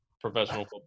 professional